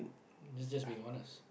that's just being honest